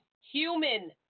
human